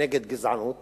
נגד גזענות